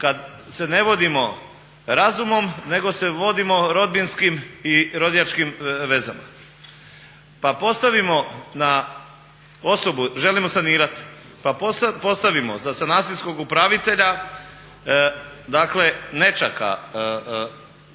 kada se ne vodimo razumom nego se vodimo rodbinskim i rodijačkim vezama. Pa postavimo na osobu, želimo sanirati, pa postavimo za sanacijskog upravitelja dakle nećaka zastupnice